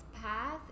path